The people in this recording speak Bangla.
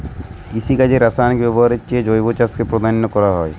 কৃষিকাজে রাসায়নিক ব্যবহারের চেয়ে জৈব চাষকে প্রাধান্য দেওয়া হয়